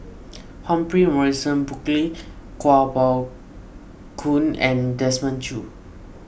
Humphrey Morrison Burkill Kuo Pao Kun and Desmond Choo